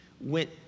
went